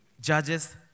Judges